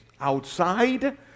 outside